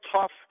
tough